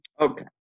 Okay